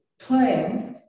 playing